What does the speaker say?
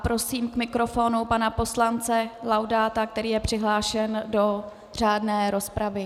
Prosím k mikrofonu pana poslance Laudáta, který je přihlášen do řádné rozpravy.